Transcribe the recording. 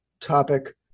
topic